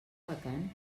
vacant